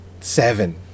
Seven